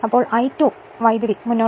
അതിനാൽ ഇത് നിലവിലുള്ളത് IV2 ആണ്